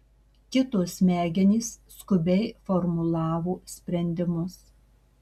kito smegenys skubiai formulavo sprendimus